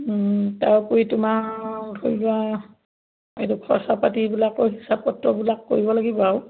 তাৰোপৰি তোমাৰ ধৰি লোৱা এইটো খৰচা পাতি এইবিলাকৰ হিচাপ পত্ৰবিলাক কৰিব লাগিব আৰু